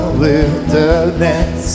wilderness